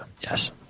Yes